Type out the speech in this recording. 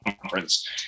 conference